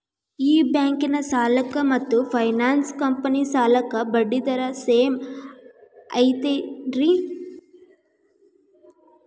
ಈ ಬ್ಯಾಂಕಿನ ಸಾಲಕ್ಕ ಮತ್ತ ಫೈನಾನ್ಸ್ ಕಂಪನಿ ಸಾಲಕ್ಕ ಬಡ್ಡಿ ದರ ಸೇಮ್ ಐತೇನ್ರೇ?